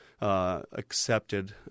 accepted